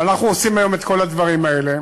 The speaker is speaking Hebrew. ואנחנו עושים היום את כל הדברים האלה.